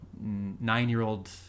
nine-year-old